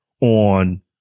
on